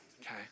okay